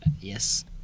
yes